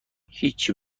هیچی